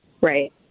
right